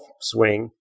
swing